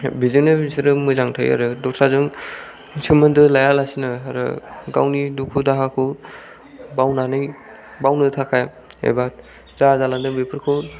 बेजोंनो बिसोरो मोजां थायो आरो दस्राजों सोमोनदो लायालासिनो आरो गावनि दुखु दाहाखौ बावनानै एबा बावनो थाखाय एबा जा जालांदों बेफोरखौ